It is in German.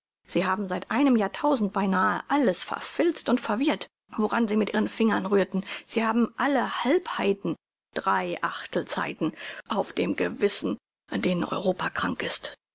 sie haben seit einem jahrtausend beinahe alles verfilzt und verwirrt woran sie mit ihren fingern rührten sie haben alle halbheiten drei achtelsheiten auf dem gewissen an denen europa krank ist